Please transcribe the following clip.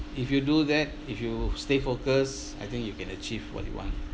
if you do that if you stay focus I think you can achieve what you want